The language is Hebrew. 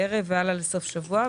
בערב ובסוף השבוע,